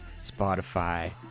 Spotify